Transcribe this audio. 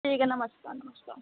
ठीक है नमस्कार नमस्कार